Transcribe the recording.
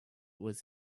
was